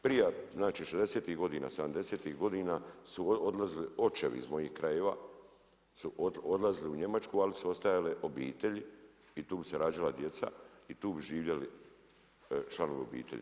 Prije, znači 60-ih godina, 70-ih godina su odlazili očevi iz mojih krajeva, su odlazili u Njemačku ali su ostajale obitelji i tu bi se rađala djeca i tu bi živjeli članovi obitelji.